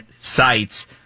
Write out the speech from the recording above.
sites